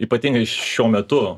ypatingai šiuo metu